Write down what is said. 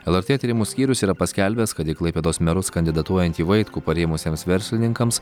lrt tyrimų skyrius yra paskelbęs kad į klaipėdos merus kandidatuojantį vaitkų parėmusiems verslininkams